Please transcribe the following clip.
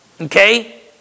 okay